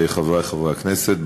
חברי חברי הכנסת,